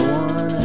one